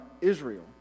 Israel